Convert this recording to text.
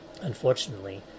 unfortunately